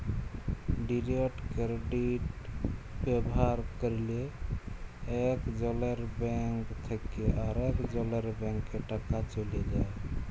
direct credit ব্যাভার ক্যরলে একজলের ব্যাংক থ্যাকে আরেকজলের ব্যাংকে টাকা চ্যলে যায়